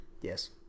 Yes